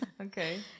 Okay